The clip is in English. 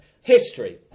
History